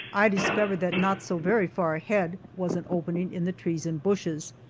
i discovered that not so very far ahead was an opening in the trees and bushes,